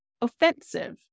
offensive